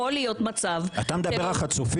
יכול להיות מצב --- אתה מדבר על חצופים?